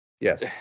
Yes